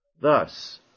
Thus